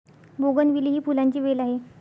bougainvillea ही फुलांची वेल आहे